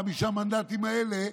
חמישה מנדטים האלה,